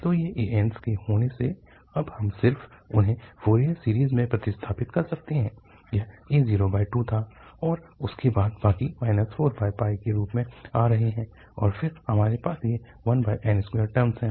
तो ये ans के होने से अब हम सिर्फ उन्हें फोरियर सीरीज़ में प्रतिस्थापित कर सकते हैं यह a02 था और उस के बाद बाकी 4 के रूप में आ रहें है और फिर हमारे पास ये 1n2 टर्मस है